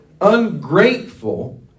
ungrateful